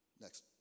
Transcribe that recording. Next